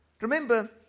Remember